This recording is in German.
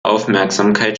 aufmerksamkeit